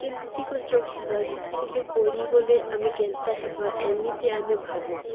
କେମିତି କରି ଚଢ଼ିବା କେତେବେଳେ ପଡ଼ିଗଲେ ଆମେ କେନ୍ତା ହେବା ଏମିତି ଆମେ ଭାବୁ